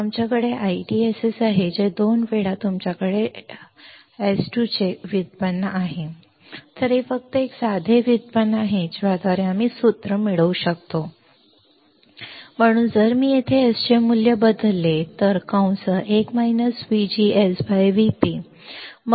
आमच्याकडे तुमचा IDSS आहे 2 वेळा जेव्हा तुमच्याकडे S2 चे हे व्युत्पन्न आहे 2S dID dVGS तर हे फक्त एक साधे व्युत्पन्न आहे ज्याद्वारे आम्ही हे सूत्र मिळवू शकतो जे तुमच्या समोर आहे ते काहीच नाही dIDdVGS 2SIDSS dSdVGS म्हणून जर मी येथे S चे मूल्य बदलले 1 VGSV p